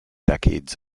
decades